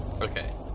Okay